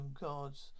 gods